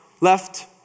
left